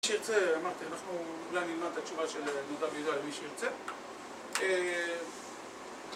מי שירצה, אמרתי, אנחנו אולי נלמד את התשובה של נדב ידאל, מי שירצה